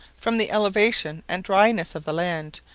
from the elevation and dryness of the land,